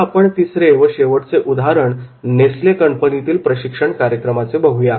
आता आपण तिसरे व शेवटचे उदाहरण नेसले कंपनीतील प्रशिक्षण कार्यक्रमाचे बघूया